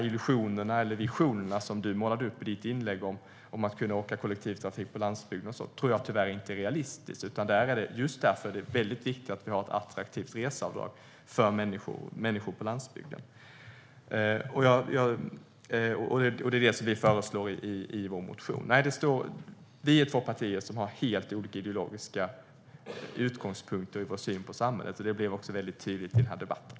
Illusionerna eller visionerna som du målade upp i ditt inlägg om att kunna åka kollektivtrafik på landsbygden tror jag tyvärr inte är realistiska. Just därför är det väldigt viktigt att vi har ett attraktivt reseavdrag för människor på landsbygden. Det är vad vi föreslår i vår motion.